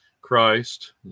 christ